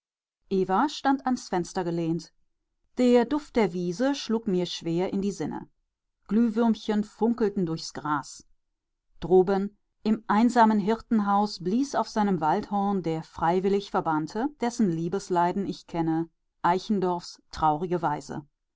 eva stand ans fenster gelehnt der duft der wiese schlug mir schwer in die sinne glühwürmchen funkelten durchs gras droben im einsamen hirtenhaus blies auf seinem waldhorn der freiwillig verbannte dessen liebesleiden ich kenne eichendorffs traurige